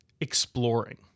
exploring